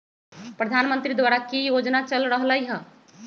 प्रधानमंत्री द्वारा की की योजना चल रहलई ह?